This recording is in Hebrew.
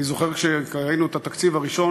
אני זוכר שכשראינו את התקציב הראשון,